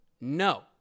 no